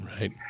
Right